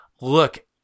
look